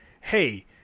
hey